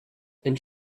and